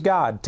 God